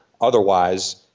Otherwise